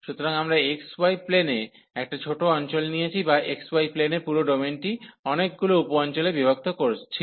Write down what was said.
সুতরাং আমরা xy প্লেনে একটা ছোট অঞ্চল নিয়েছি বা xy প্লেনের পুরো ডোমেনটি অনেকগুলি উপ অঞ্চলে বিভক্ত ছিল